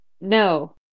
no